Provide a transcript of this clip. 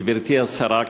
גברתי השרה,